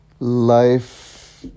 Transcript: Life